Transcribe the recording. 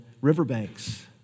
riverbanks